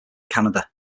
canada